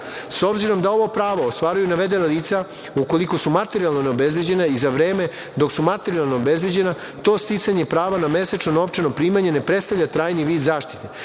obzirom da ovo pravo ostvaruju navedena lica, ukoliko su materijalno neobezbeđena i za vreme dok su materijalno obezbeđena to sticanja prava na mesečno novčano primanje ne predstavlja trajni vid zaštite,